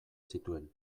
zituen